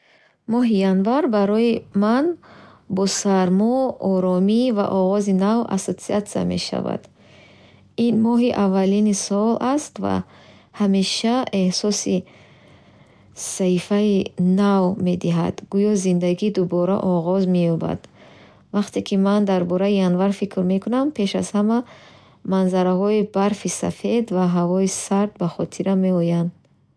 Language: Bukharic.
Моҳи январ барои ман бо сармо, оромӣ ва оғози нав ассотсиатсия мешавад. Ин моҳи аввалини сол аст ва ҳамеша эҳсоси саҳифаи нав медиҳад. Гӯё зиндагӣ дубора оғоз меёбад. Вақте ки ман дар бораи январ фикр мекунам, пеш аз ҳама манзараҳои барфи сафед ва ҳавои сард ба хотирам меоянд.